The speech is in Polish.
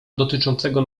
dotyczącego